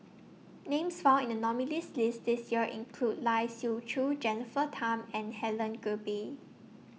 Names found in The nominees' list This Year include Lai Siu Chiu Jennifer Tham and Helen Gilbey